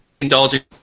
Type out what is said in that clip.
indulging